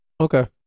Okay